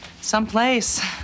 Someplace